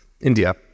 India